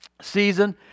season